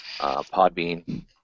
Podbean